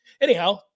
Anyhow